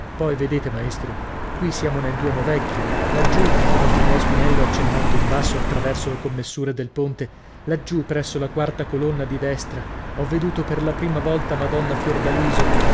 poi vedete maestro qui siamo nel duomo vecchio laggiù continuò spinello accennando in basso attraverso le commessure del ponte laggiù presso la quarta colonna di destra ho veduto per la prima volta madonna fiordaliso